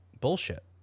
bullshit